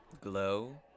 Glow